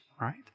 right